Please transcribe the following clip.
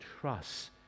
trust